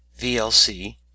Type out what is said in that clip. VLC